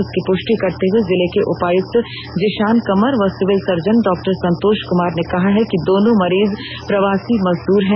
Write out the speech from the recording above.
इसकी पुटि करते हुए जिले के उपायुक्त जिषान कमर व सिविल सर्जन डॉ संतोष कुमार ने कहा है कि दोनों मरीज प्रवासी मजदूर हैं